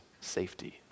Safety